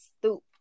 stoop